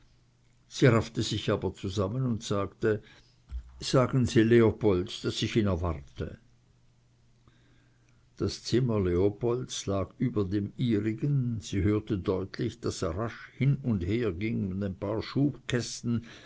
sie raffte sich aber zusammen und sagte sagen sie leopold daß ich ihn erwarte das zimmer leopolds lag über dem ihrigen sie hörte deutlich daß er rasch hin und her ging und ein paar schubkästen